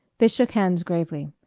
they shook hands gravely.